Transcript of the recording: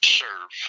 serve